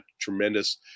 tremendous